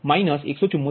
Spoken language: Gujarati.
89 174